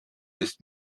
ist